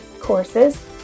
courses